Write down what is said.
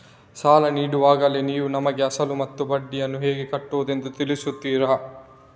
ಸಾಲ ನೀಡುವಾಗಲೇ ನೀವು ನಮಗೆ ಅಸಲು ಮತ್ತು ಬಡ್ಡಿಯನ್ನು ಹೇಗೆ ಕಟ್ಟುವುದು ಎಂದು ತಿಳಿಸುತ್ತೀರಾ?